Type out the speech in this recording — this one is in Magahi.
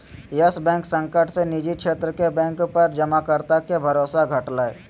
यस बैंक संकट से निजी क्षेत्र के बैंक पर जमाकर्ता के भरोसा घटलय